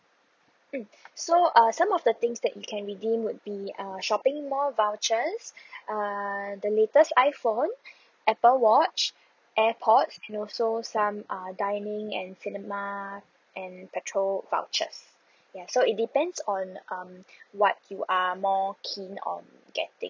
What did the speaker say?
mm so uh some of the things that you can redeem would be uh shopping mall vouchers err the latest iphone apple watch airpods and also some err dining and cinema and petrol vouchers ya so it depends on um what you are more keen on getting